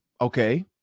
Okay